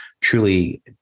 truly